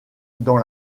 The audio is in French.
dans